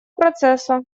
процесса